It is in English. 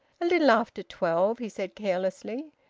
a little after twelve, he said carelessly.